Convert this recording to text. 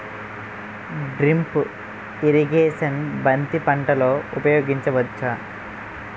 Drip irrigation బంతి పంటలో ఊపయోగించచ్చ?